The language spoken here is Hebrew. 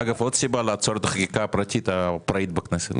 עוד סיבה לעצור את החקיקה הפראית הפרטית בכנסת.